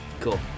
Cool